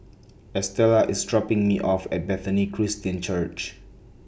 Estella IS dropping Me off At Bethany Christian Church